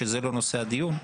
שזה לא נושא הדיון,